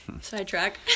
sidetrack